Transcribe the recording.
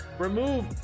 Remove